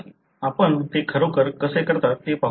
आपण ते खरोखर कसे करता ते पाहूया